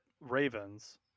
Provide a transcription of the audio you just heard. Ravens